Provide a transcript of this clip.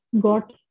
got